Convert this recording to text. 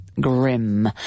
grim